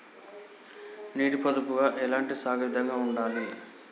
నీటి పొదుపుగా ఎలాంటి సాగు విధంగా ఉండాలి?